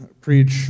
preach